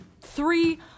three